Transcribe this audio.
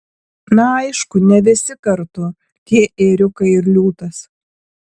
na aišku ne visi kartu tie ėriukai ir liūtas